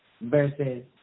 versus